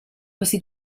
questi